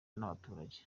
n’abaturage